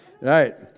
right